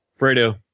Fredo